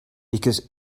because